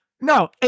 no